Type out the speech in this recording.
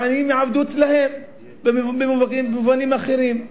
והעניים יעבדו אצלם במובנים אחרים.